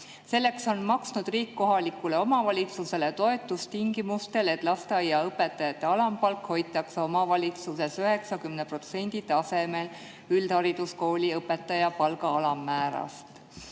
Selleks on maksnud riik kohalikule omavalitsusele toetust tingimustel, et lasteaiaõpetajate alampalk hoitakse omavalitsuses 90% tasemel üldhariduskooliõpetaja palga alammäärast.